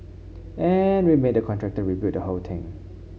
and we made the contractor rebuild the whole thing